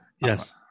Yes